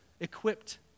equipped